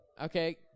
Okay